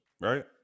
right